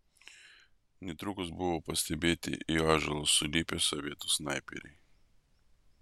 netrukus buvo pastebėti į ąžuolus sulipę sovietų snaiperiai